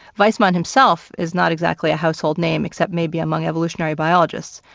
weismann himself is not exactly a household name, except maybe among evolutionary biologists,